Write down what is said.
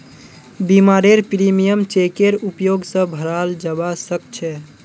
बीमारेर प्रीमियम चेकेर उपयोग स भराल जबा सक छे